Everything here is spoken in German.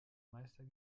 meister